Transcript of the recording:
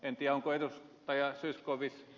en tiedä onko ed